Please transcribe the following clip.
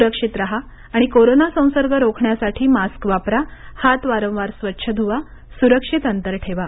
सुरक्षित राहा आणि कोरोना संसर्ग रोखण्यासाठी मास्क वापरा हात वारंवार स्वच्छ धुवा सुरक्षित अंतर ठेवा